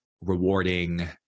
rewarding